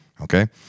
okay